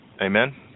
Amen